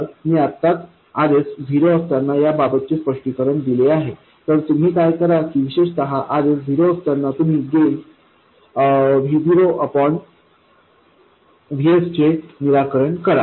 तर मी आत्ताच Rs झिरो असताना या बाबत चे स्पष्टीण दिले आहे तर तुम्ही काय करा की विशेषतः Rs झिरो असताना तुम्ही गेन V0 Vs चे निराकरण करा